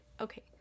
Okay